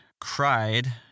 cried